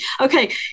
Okay